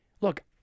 look